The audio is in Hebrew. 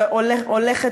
שהולכת